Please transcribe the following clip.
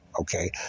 okay